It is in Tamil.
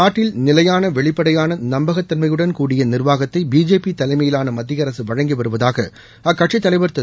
நாட்டில் நிலையான வெளிப்படையான நம்பகத்தள்மையுடன் கூடிய நிர்வாகத்தை பிஜேபி தலைமையிலான மத்திய அரசு வழங்கி வருவதாக அக்கட்சி தலைவர் திரு